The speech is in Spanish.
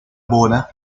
boda